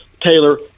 Taylor